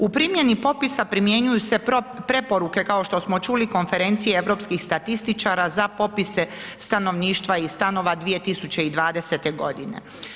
U primjeni popisa primjenjuju se preporuke kao što smo čuli konferencije europskih statističara za popise stanovništva i stanove 2020. godine.